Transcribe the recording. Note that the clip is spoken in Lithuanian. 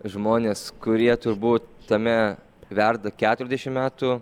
žmonės kurie turbūt tame verda keturiadešimt metų